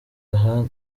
aha